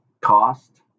cost